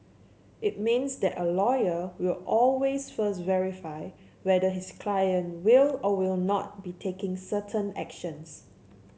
it means that a lawyer will always first verify whether his client will or will not be taking certain actions